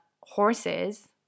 horses